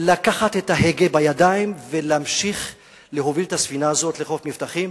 לקחת את ההגה בידיים ולהמשיך להוביל את הספינה הזאת לחוף מבטחים.